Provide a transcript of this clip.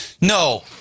No